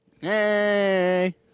Hey